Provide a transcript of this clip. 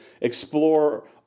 explore